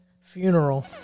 funeral